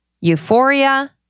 Euphoria